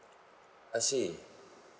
I see